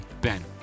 Ben